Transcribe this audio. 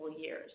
years